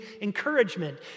encouragement